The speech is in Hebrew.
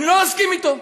אני לא מסכים איתו,